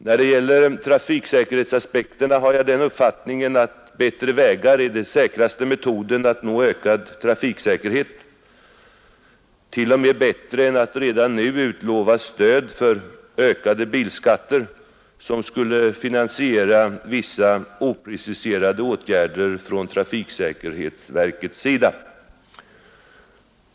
När det gäller trafiksäkerhetsaspekterna har jag den uppfattningen att bättre vägar är den säkraste metoden att nå ökad trafiksäkerhet. Den metoden är till och med bättre än att redan nu utlova stöd för ökade bilskatter som skulle finansiera vissa opreciserade åtgärder från trafiksäkerhetsverkets sida.